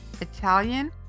Italian